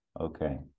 okay